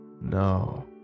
No